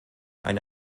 eine